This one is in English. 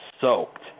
soaked